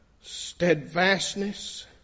steadfastness